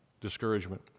discouragement